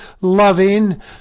loving